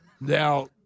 Now